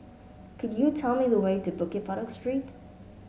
could you tell me the way to Bukit Batok Street